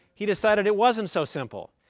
he decided it wasn't so simple,